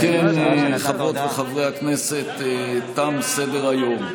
אם כן, חברות וחברי הכנסת, תם סדר-היום.